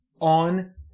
on